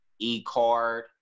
e-card